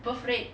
birth rate